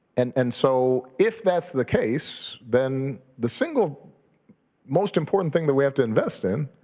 and and so if that's the case, then the single most important thing that we have to invest in